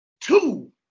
two